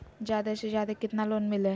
जादे से जादे कितना लोन मिलते?